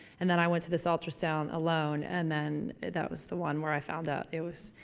and then i went to this ultrasound alone and then that was the one where i found out it was,